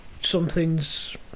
something's